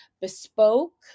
bespoke